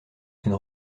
une